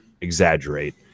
exaggerate